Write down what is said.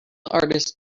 artist